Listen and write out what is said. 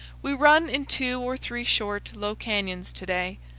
we run in two or three short, low canyons to-day,